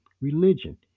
Religion